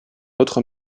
autre